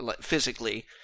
physically